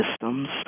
systems